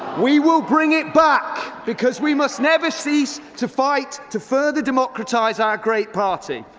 we will bring it back! because we must never so crease to fight to further demock ratise our great party.